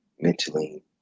mentally